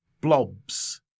blobs